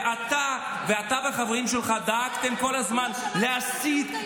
ואתה והחברים שלך דאגתם כל הזמן להסית,